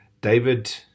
David